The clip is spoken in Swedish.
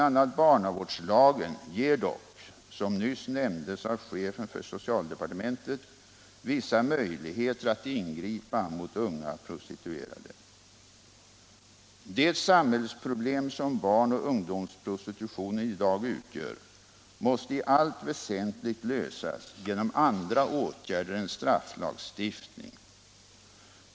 a. barnavårdslagen ger dock, som nyss nämndes av chefen för socialdepartementet, vissa möjligheter att ingripa mot unga prostituerade. Det samhällsproblem som barn och ungdomsprostitutionen i dag utgör måste i allt väsentligt lösas genom andra åtgärder än strafflagstiftning.